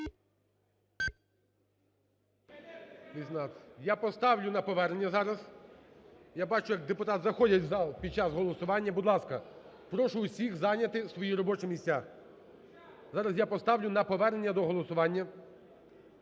Я поставлю на повернення зараз. Я бачу, як депутати заходять в зал під час голосування. Будь ласка, прошу усіх зайняти свої робочі місця. Зараз я поставлю на повернення до голосування.